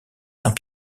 saint